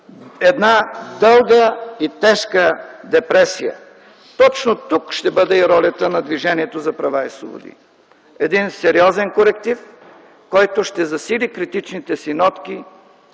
една дълга и тежка депресия! Точно тук ще бъде и ролята на Движението за права и свободи – един сериозен коректив, който ще засили критичните си нотки,